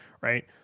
right